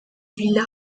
villa